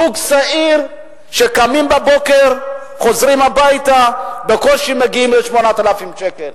זוג צעיר שקם בבוקר וחוזר הביתה בקושי מגיע ל-8,000 שקלים.